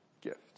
gift